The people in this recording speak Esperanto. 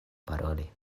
paroli